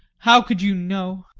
how could you know?